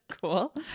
cool